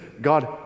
God